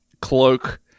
cloak